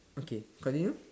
okay continue